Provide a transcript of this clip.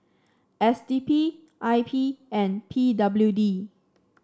S D P I P and P W D